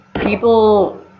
people